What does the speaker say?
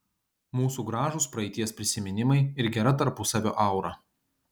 mūsų gražūs praeities prisiminimai ir gera tarpusavio aura